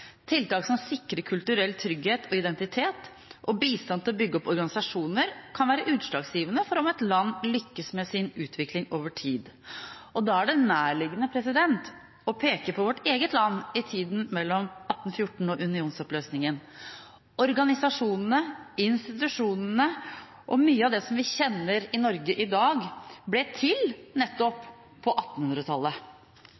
tiltak som sikrer kulturell trygghet og identitet, og bistand til å bygge opp organisasjoner kan være utslagsgivende for om et land lykkes med sin utvikling over tid. Da er det nærliggende å peke på vårt eget land i tida mellom 1814 og unionsoppløsningen. Organisasjonene, institusjonene og mye av det som vi kjenner i Norge i dag, ble til nettopp på